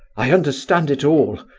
i understand it all.